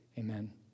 Amen